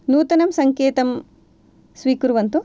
नूतनं सङ्केतं स्वीकुर्वन्तु